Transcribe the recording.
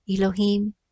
Elohim